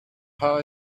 how